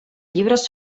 llibres